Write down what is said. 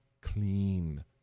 clean